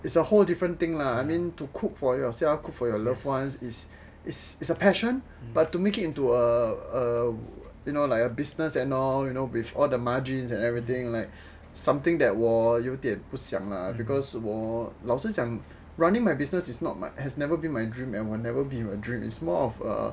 it's a whole different thing lah I mean to cook for yourself for your loved ones is is is a passion but to make it into a a like a business and all with all the margins and everything is something that 我有点不想 lah because 我老实讲 running a business has never been my dream and will never be a dream is more of ah